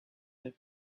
have